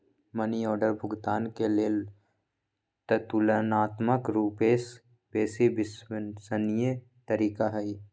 money order भुगतान के लेल ततुलनात्मक रूपसे बेशी विश्वसनीय तरीका हइ